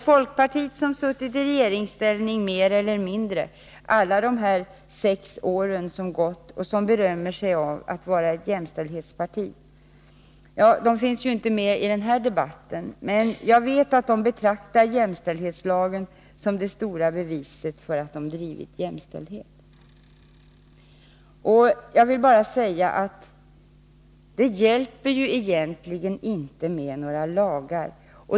Folkpartiet, som suttit i regeringsställning mer eller mindre under alla de gångna sex åren och som berömmer sig av att vara ett jämställdhetsparti, finns ju inte med i den här debatten, men jag vet att man inom folkpartiet betraktar jämställdhetslagen som det stora beviset för att man drivit frågan om jämställdheten. Jag vill bara säga att det ju egentligen inte hjälper med några lagar.